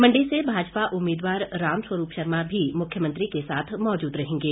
मंडी से भाजपा उम्मीदवार रामस्वरूप शर्मा भी मुख्यमंत्री के साथ मौजूद रहेंगे